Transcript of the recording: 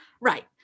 Right